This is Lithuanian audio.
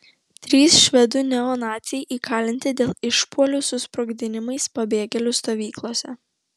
trys švedų neonaciai įkalinti dėl išpuolių su sprogdinimais pabėgėlių stovyklose